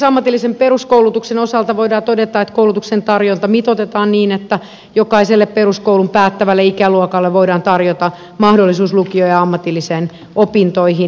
ammatillisen peruskoulutuksen osalta voidaan todeta että koulutuksen tarjonta mitoitetaan niin että jokaiselle peruskoulun päättävälle ikäluokalle voidaan tarjota mahdollisuus lukio ja ammatillisiin opintoihin